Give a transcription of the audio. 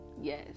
Yes